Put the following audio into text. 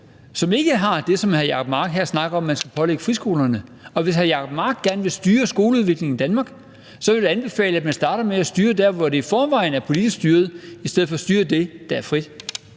der ikke har det krav, som hr. Jacob Mark her snakker om at man skal pålægge friskolerne. Og hvis hr. Jacob Mark gerne vil styre skoleudviklingen i Danmark, vil jeg anbefale, at man startede med at styre der, hvor det i forvejen er politisk styret, i stedet for at styre det, der er frit.